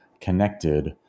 connected